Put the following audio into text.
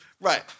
right